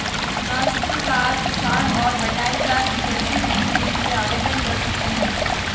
काश्तकार किसान और बटाईदार भी कृषि ऋण के लिए आवेदन कर सकते हैं